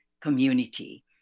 community